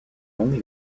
only